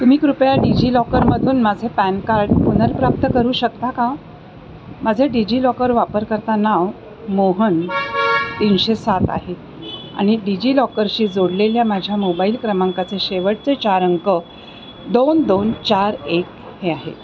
तुम्ही कृपया डिजिलॉकरमधून माझे पॅन कार्ड पुनर्प्राप्त करू शकता का माझे डिजिलॉकर वापरकर्ता नाव मोहन तीनशे सात आहे आणि डिजिलॉकरशी जोडलेल्या माझ्या मोबाईल क्रमांकाचे शेवटचे चार अंक दोन दोन चार एक हे आहे